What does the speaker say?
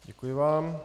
Děkuji vám.